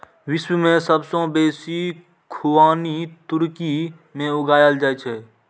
विश्व मे सबसं बेसी खुबानी तुर्की मे उगायल जाए छै